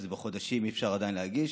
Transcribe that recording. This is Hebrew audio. כשזה בחודשים אי-אפשר עדיין להגיש,